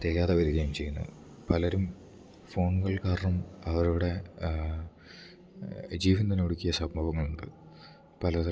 തികയാതെ വരുകയും ചെയ്യുന്നു പലരും ഫോണുകൾ കാരണം അവരുടെ ജീവൻ തന്നെ ഒടുക്കിയ സംഭവങ്ങൾ ഉണ്ട് പലതരം